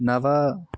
नव